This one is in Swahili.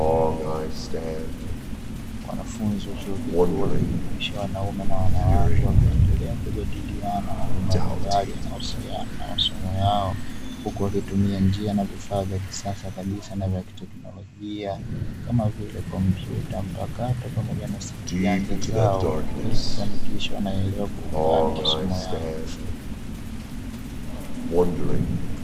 Wanafunzi wa chuo kikuu wakijumuisha wanaume na wanawake wakiendelea kujadiliana mambo mbalimbali, yanayohusiana na masomo yao huku wakitumia njia na vifaa vya kisasa kabisa na vya kiteknolojia, kama vile kompyuta mpakato pamoja na simu janja zao ili kufanikisha wanayaelewa kwa undani masomo yao.